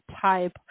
type